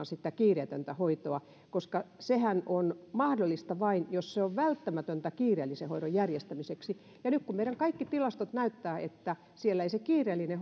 sitä kiireetöntä hoitoa alasajamaan nimittäin sehän on mahdollista vain jos se on välttämätöntä kiireellisen hoidon järjestämiseksi ja nyt kun meidän kaikki tilastot näyttävät että siellä ei se kiireellinen